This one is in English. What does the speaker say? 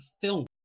film